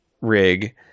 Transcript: rig